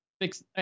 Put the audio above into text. fix